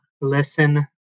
listen